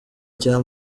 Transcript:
cya